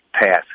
pass